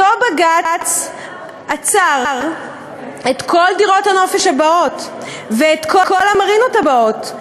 אותו בג"ץ עצר את כל דירות הנופש הבאות ואת כל המרינות הבאות,